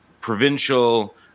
provincial